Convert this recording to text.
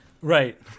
Right